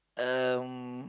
um